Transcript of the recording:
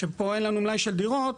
שפה אין לנו מלאי של דירות,